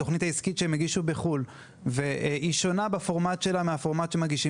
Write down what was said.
התכנית העסקית שהם הגישו בחו"ל שונה בפורמט שלה מהפורמט שבו מגישים